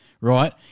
right